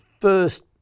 first